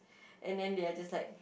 and then they're just like